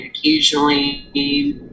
occasionally